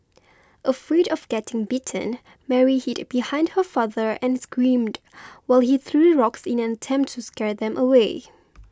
afraid of getting bitten Mary hid behind her father and screamed while he threw rocks in an attempt to scare them away